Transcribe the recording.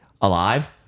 alive